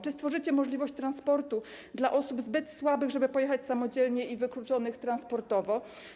Czy stworzycie możliwość transportu dla osób zbyt słabych, żeby mogły pojechać samodzielnie, i wykluczonych transportowo?